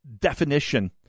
definition